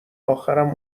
اخرم